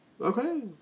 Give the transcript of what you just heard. Okay